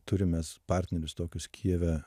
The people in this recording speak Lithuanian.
turim mes partnerius tokius kijeve